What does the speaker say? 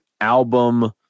album